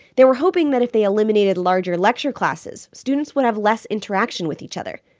they were hoping that if they eliminated larger lecture classes, students would have less interaction with each other.